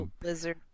blizzard